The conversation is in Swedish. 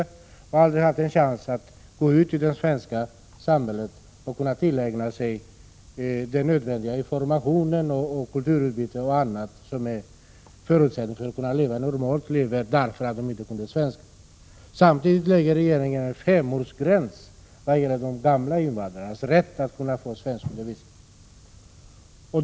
De har heller aldrig haft en chans att gå ut i det svenska samhället, där de kan tillägna sig nödvändig information, ta del av det kulturella utbudet etc., vilket är en förutsättning för ett normalt liv. Anledningen är alltså att de inte kan svenska. Samtidigt lägger regeringen fast en femårsgräns vad gäller de gamla invandrarnas rätt till svenskundervisning.